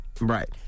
Right